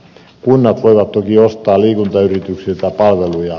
kunnat voivat toki ostaa liikuntayrityksiltä palveluja